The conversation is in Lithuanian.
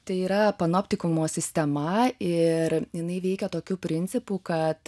tai yra panoptikumo sistema ir jinai veikia tokiu principu kad